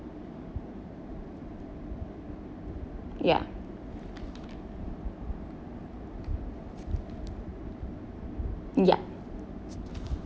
ya ya